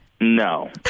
no